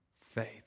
faith